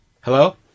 Hello